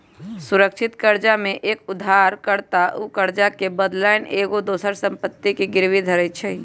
सुरक्षित करजा में एक उद्धार कर्ता उ करजा के बदलैन एगो दोसर संपत्ति के गिरवी धरइ छइ